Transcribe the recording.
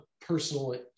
personally